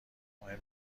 محرم